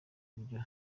iryo